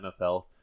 NFL